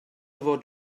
fod